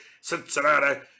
Cincinnati